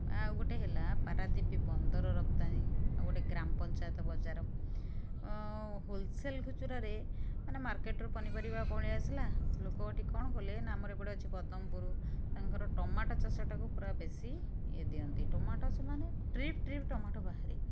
ଆଉ ଗୋଟେ ହେଲା ପାରାଦ୍ୱୀପ ବନ୍ଦର ରପ୍ତାନୀ ଆଉ ଗୋଟେ ଗ୍ରାମ ପଞ୍ଚାୟତ ବଜାର ଆଉ ହୋଲ୍ସେଲ୍ ଖୁଚୁରାରେ ମାନେ ମାର୍କେଟ୍ରୁ ପନିପରିବା ପଳେଇ ଆସିଲା ଲୋକଟି ଏଠି କଲେ ମାନେ ଆମର ଏଠି ଅଛି ପଦମ୍ ପୁର ତାଙ୍କର ଟମାଟୋ ଚାଷଟାକୁ ପୁରା ବେଶୀ ଇଏ ଦିଅନ୍ତି ଟମାଟୋ ସେମାନେ ଟ୍ରିପ୍ ଟ୍ରିପ୍ ଟମାଟୋ ବାହାରେ